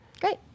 Great